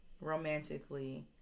romantically